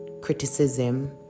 criticism